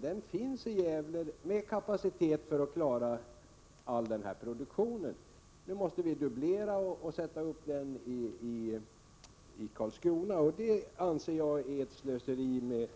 Sådan finns i Gävle med kapacitet att klara hela denna produktion. Nu måste den dubbleras vid flyttningen till Karlskrona. Det anser jag är ett slöseri med